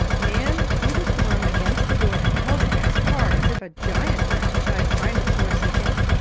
nan threw her form against the door and held it as hard as if a giant were outside trying to force it in.